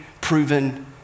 proven